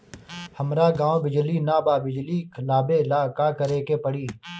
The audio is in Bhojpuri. हमरा गॉव बिजली न बा बिजली लाबे ला का करे के पड़ी?